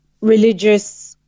religious